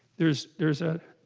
there's there's a,